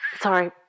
Sorry